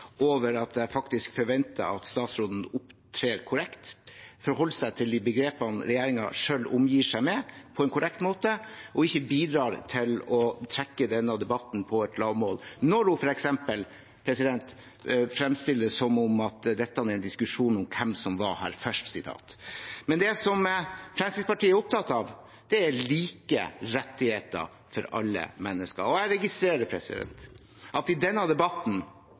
over at jeg faktisk forventer at statsråden opptrer korrekt, forholder seg til de begrepene regjeringen selv omgir seg med, på en korrekt måte, og ikke bidrar til å trekke denne debatten ned til et lavmål, f.eks. når hun fremstiller det som om dette er en diskusjon om hvem som var her først. Det som Fremskrittspartiet er opptatt av, er like rettigheter for alle mennesker. Jeg registrerer at man i denne debatten